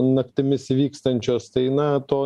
naktimis įvykstančios tai na to